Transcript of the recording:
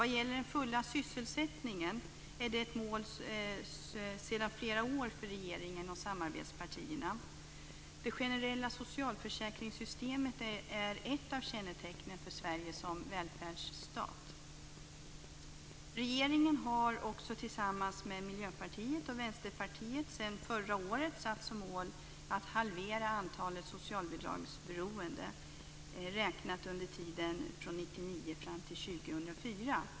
Den fulla sysselsättningen är ett mål sedan flera år för regeringen och samarbetspartierna. Det generella socialförsäkringssystemet är ett av kännetecknen för Sverige som välfärdsstat. Regeringen har, tillsammans med Miljöpartiet och Vänsterpartiet, sedan förra året som mål att halvera antalet socialbidragsberoende, räknat under tiden 1999 och fram till 2004.